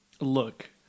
look